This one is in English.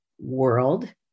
world